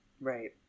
Right